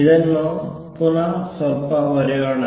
ಇದನ್ನು ಸ್ವಲ್ಪ ಪುನಃ ಬರೆಯೋಣ